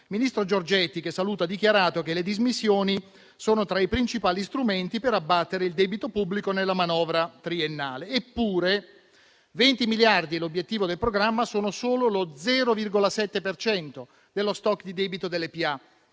Il ministro Giorgetti, che saluto, ha dichiarato che le dismissioni sono tra i principali strumenti per abbattere il debito pubblico nella manovra triennale. Eppure 20 miliardi, l'obiettivo del programma, sono solo lo 0,7 per cento dello *stock* di debito delle PA.